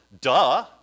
Duh